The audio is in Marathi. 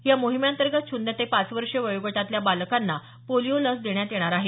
या मोहिमेअंतर्गत शन्य ते पाच वर्षे वयोगटातल्या बालकांना पोलीओ लस देण्यात येणार आहे